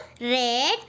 Red